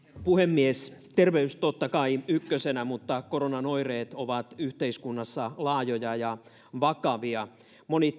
puhemies terveys totta kai ykkösenä mutta koronan oireet ovat yhteiskunnassa laajoja ja vakavia moni